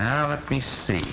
now let me see